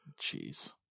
Jeez